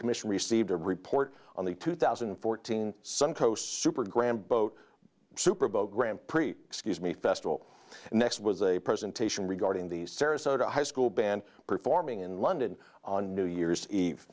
commission received a report on the two thousand and fourteen suncoast super graham boat super bowl grand prix excuse me festival and next was a presentation regarding the sarasota high school band performing in london on new year's eve